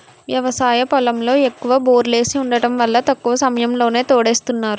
వ్యవసాయ పొలంలో ఎక్కువ బోర్లేసి వుండటం వల్ల తక్కువ సమయంలోనే తోడేస్తున్నారు